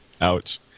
Ouch